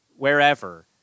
wherever